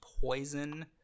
poison